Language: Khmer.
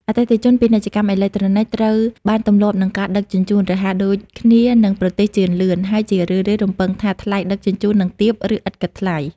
អតិថិជន ពាណិជ្ជកម្មអេឡិចត្រូនិក ត្រូវបានទម្លាប់នឹងការដឹកជញ្ជូនរហ័ស (ដូចគ្នានឹងប្រទេសជឿនលឿន) ហើយជារឿយៗរំពឹងថាថ្លៃដឹកជញ្ជូននឹងទាប ឬឥតគិតថ្លៃ។